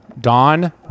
dawn